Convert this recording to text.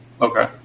Okay